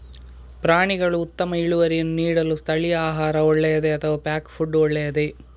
ಪ್ರಾಣಿಗಳು ಉತ್ತಮ ಇಳುವರಿಯನ್ನು ನೀಡಲು ಸ್ಥಳೀಯ ಆಹಾರ ಒಳ್ಳೆಯದೇ ಅಥವಾ ಪ್ಯಾಕ್ ಫುಡ್ ಒಳ್ಳೆಯದೇ?